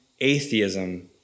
atheism